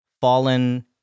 Fallen